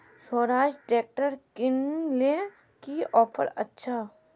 Swaraj tractor किनले की offer अच्छा?